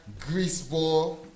Greaseball